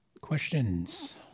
Questions